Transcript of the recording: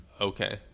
Okay